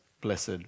blessed